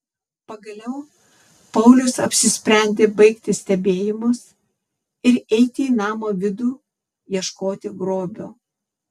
pagaliau paulius apsisprendė baigti stebėjimus ir eiti į namo vidų ieškoti grobio